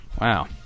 Wow